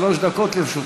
שלוש דקות לרשותך.